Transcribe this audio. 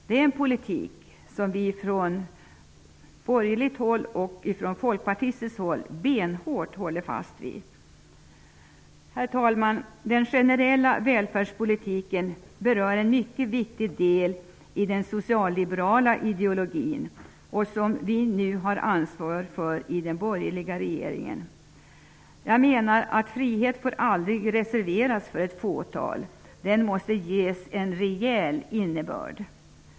Det är en politik som vi benhårt håller fast vid från borgerligt håll och från folkpartistiskt håll. Herr talman! Den generella välfärdspolitiken berör en mycket viktig del i den socialliberala ideologin, och vi har nu ansvar för den i den borgerliga regeringen. Jag menar att frihet aldrig får reserveras för ett fåtal -- den måste ges en rejäl innebörd.